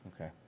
Okay